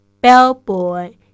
bellboy